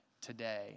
today